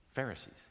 Pharisees